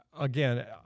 Again